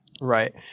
right